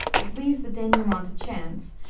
it leaves the denouement to chance,